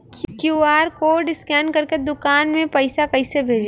QR code scan करके दुकान में पैसा कइसे भेजी?